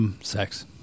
sex